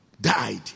died